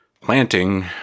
planting